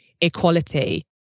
equality